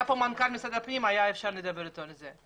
היה כאן מנכ"ל משרד הפנים בישיבה הקודמת והיה אפשר לדבר אתו על זה.